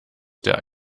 der